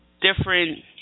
different